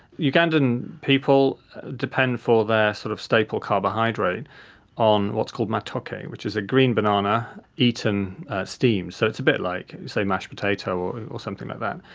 ugandan people depend for their sort of staple carbohydrate on what's called matoke, which is a green banana eaten steamed, so it's a bit like, say, mashed potato or something like that,